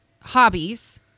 hobbies